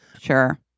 Sure